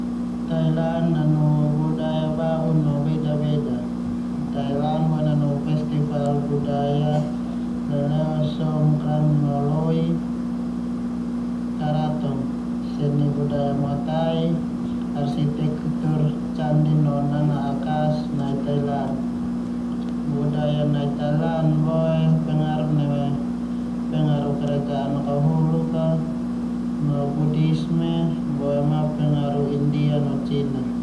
Thailand nanu budaya ba'u no beda-beda. Thailand boe nanu festival budaya leleo Songkran no Loy Krathong, no seni muay thai, arsitektur candi no nana'ak khas nai Thailand. Budaya nai Thailand boe pengaruh neme pengaruh kerjaan makahuluk a no budihsme boema pengaruh India no Cina.